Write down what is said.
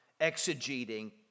exegeting